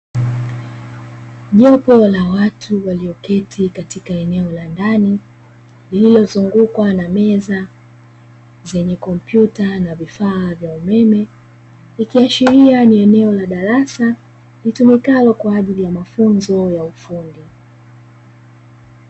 Jopo la watu walioketi katika eneo la ndani lililozungukwa na meza zenye kompyuta na vifaa vya umeme. Ikiashiria ni eneo la darasa litumikalo kwa ajili ya mafunzo ya ufundi.